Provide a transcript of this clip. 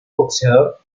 boxeador